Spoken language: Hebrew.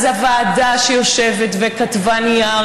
אז הוועדה יושבת, וכתבה נייר